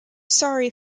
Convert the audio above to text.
sorry